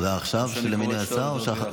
ההודעה של מינוי השר עכשיו?